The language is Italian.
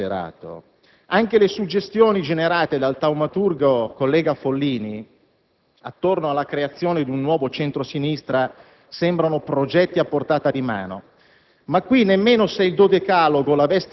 Quando si è disperati - e lei è disperato - anche le suggestioni generate dal taumaturgo collega Follini, attorno alla creazione di un nuovo centro-sinistra, sembrano progetti a portata di mano.